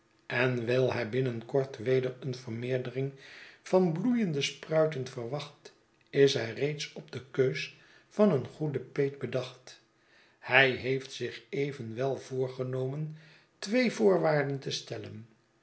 en wijl hij binnen kort weder een vermeerdering van bloeiende spruiten verwacht is hij reeds op de keus van een goeden peet bedacht hij heeft zich even wel voorgenomen twee voorwaarden te stellen